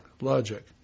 logic